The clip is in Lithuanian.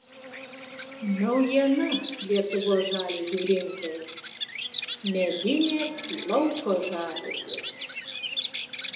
naujiena lietuvos žaliuzių rinkoje medinės lauko žaliuzės